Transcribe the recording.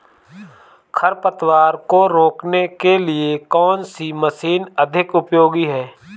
खरपतवार को रोकने के लिए कौन सी मशीन अधिक उपयोगी है?